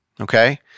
okay